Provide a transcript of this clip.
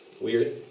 Weird